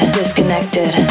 disconnected